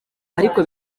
ariko